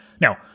Now